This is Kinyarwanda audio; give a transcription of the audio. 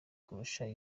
kurusha